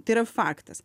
tai yra faktas